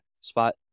spot